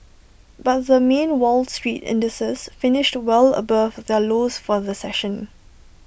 but the main wall street indices finished well above their lows for the session